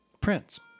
Prince